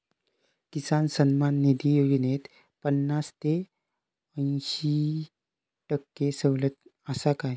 किसान सन्मान निधी योजनेत पन्नास ते अंयशी टक्के सवलत आसा काय?